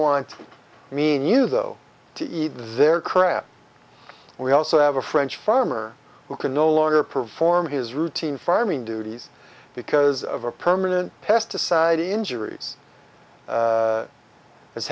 want i mean you go to eat their crap we also have a french farmer who can no longer perform his routine farming duties because of a permanent pesticide injuries